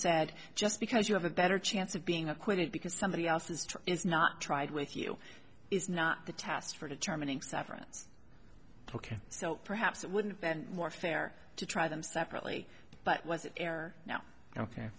said just because you have a better chance of being acquitted because somebody else is is not tried with you is not the test for determining severance ok so perhaps it wouldn't have been more fair to try them separately but was are now ok